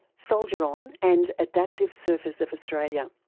soldier on and adaptive surfers of australia.